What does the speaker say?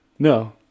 No